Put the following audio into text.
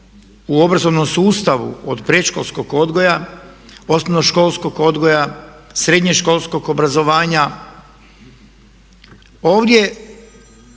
su obrazovnom sustavu od predškolskog odgoja, osnovnoškolskog odgoja, srednjoškolskog obrazovanja,